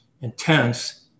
intense